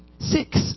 six